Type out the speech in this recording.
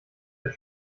der